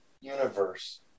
universe